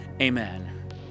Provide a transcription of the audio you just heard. amen